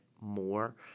More